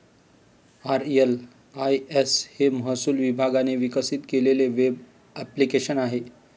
RLIS हे महसूल विभागाने विकसित केलेले वेब ॲप्लिकेशन आहे